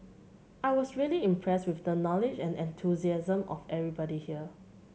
I was really impressed with the knowledge and enthusiasm of everybody here